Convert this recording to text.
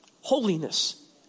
holiness